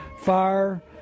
Fire